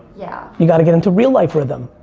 yeah. you got to get into real life rhythm.